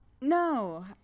No